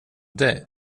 dig